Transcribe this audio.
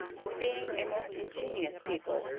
and, being a most ingenious people,